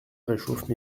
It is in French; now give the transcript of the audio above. réchauffe